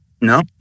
No